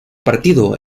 partido